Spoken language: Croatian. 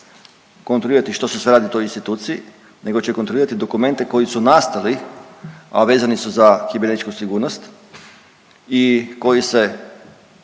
kontrolirati što se sve radi u toj instituciji nego će kontrolirati dokumente koji su nastali, a vezani su za kibernetičku sigurnost i koji se